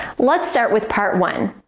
let's start with part one,